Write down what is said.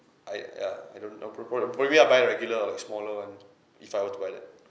I ya I don't know I'll pro~ pro~ probably I'll buy the regular or the smaller one if I were to buy that